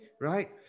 right